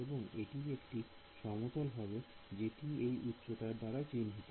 এবং এটি একটি সমতল হবে জেটি এই উচ্চতা দাঁড়া চিহ্নিত